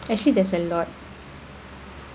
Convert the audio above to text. actually there's a lot